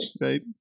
right